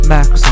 Max